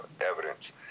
evidence